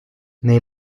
nei